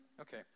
Okay